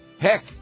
heck